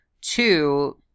two